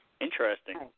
Interesting